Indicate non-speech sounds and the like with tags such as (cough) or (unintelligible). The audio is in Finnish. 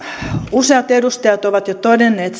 useat edustajat ovat jo todenneet (unintelligible)